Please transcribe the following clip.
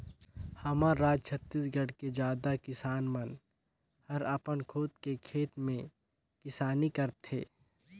हमर राज छत्तीसगढ़ के जादा किसान मन हर अपन खुद के खेत में किसानी करथे